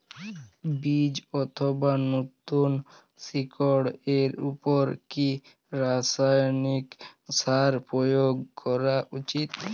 বীজ অথবা নতুন শিকড় এর উপর কি রাসায়ানিক সার প্রয়োগ করা উচিৎ?